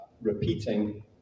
repeating